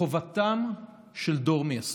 חובתם של דור מייסדים.